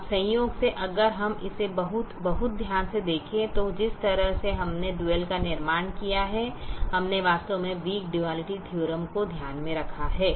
अब संयोग से अगर हम इसे बहुत बहुत ध्यान से देखें तो जिस तरह से हमने डुअल का निर्माण किया है हमने वास्तव में वीक डुआलिटी थीओरम को ध्यान में रखा है